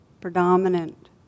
predominant